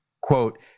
quote